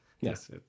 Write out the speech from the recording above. Yes